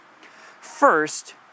First